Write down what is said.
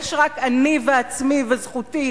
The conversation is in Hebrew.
יש רק אני ועצמי וזכותי,